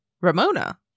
Ramona